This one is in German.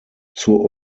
zur